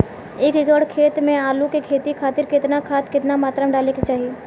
एक एकड़ खेत मे आलू के खेती खातिर केतना खाद केतना मात्रा मे डाले के चाही?